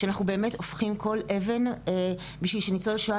אנחנו הופכים כל אבן כדי שניצול השואה